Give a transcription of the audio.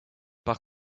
par